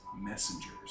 Messengers